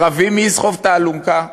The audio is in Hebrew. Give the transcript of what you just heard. שרבים מי יסחוב את האלונקה,